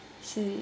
சரி:sari